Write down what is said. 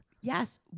Yes